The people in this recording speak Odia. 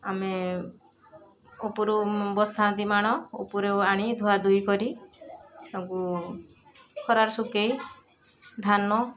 ଆମେ ଉପୁରୁ ବସିଥାନ୍ତି ମାଣ ଉପୁରୁ ଆଣି ଧୁଆ ଧୁଇ କରି ତାଙ୍କୁ ଖରାରେ ଶୁକେଇ ଧାନ